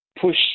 push